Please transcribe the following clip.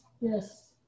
yes